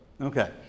Okay